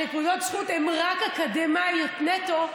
נקודות הזכות הן רק אקדמיות נטו,